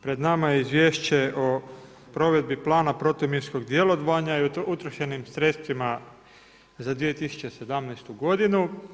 Pred nama je Izvješće o provedbi Plana protuminskog djelovanja i utrošenim sredstvima za 2017. godinu.